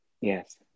yes